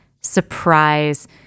surprise